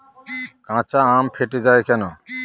কাঁচা আম ফেটে য়ায় কেন?